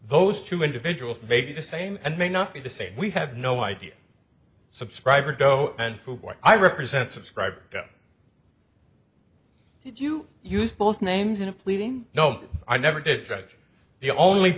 those two individuals may be the same and may not be the same we have no idea subscriber dough and food what i represent subscribed did you use both names in a pleading no i never did judge and the only